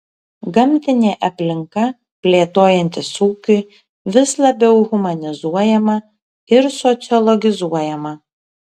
gamtinė aplinka plėtojantis ūkiui vis labiau humanizuojama ir sociologizuojama